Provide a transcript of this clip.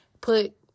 put